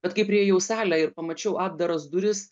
bet kai priėjau salę ir pamačiau atdaras duris